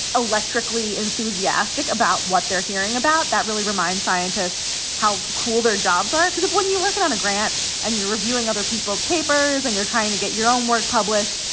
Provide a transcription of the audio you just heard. electrically enthusiastic about what they're hearing about, that really reminds scientists how cool their jobs are. because when you're working on a grant and you're reviewing other people's papers and you're trying to get your own work published,